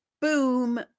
Boom